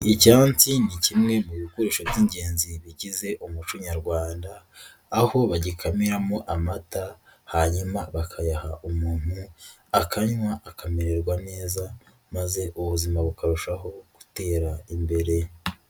Icyansi ni kimwe mu bikoresho by'ingenzi bigize umuco nyarwanda, aho bagikamiramo amata, hanyuma bakayaha umuntu, akanywa, akamererwa neza maze ubuzima bukarushaho gutera imbere.